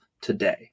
today